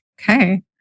Okay